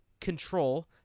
Control